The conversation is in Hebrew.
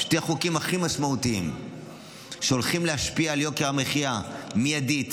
שני החוקים הכי משמעותיים שהולכים להשפיע על יוקר המחיה מיידית,